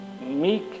meek